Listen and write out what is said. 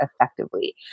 effectively